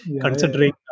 considering